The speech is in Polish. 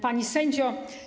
Pani Sędzio!